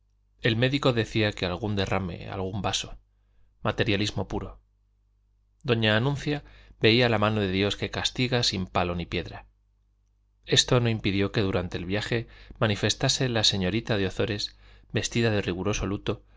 el médico decía que algún derrame algún vaso materialismo puro doña anuncia veía la mano de dios que castiga sin palo ni piedra esto no impidió que durante el viaje manifestase la señorita de ozores vestida de riguroso luto